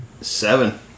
Seven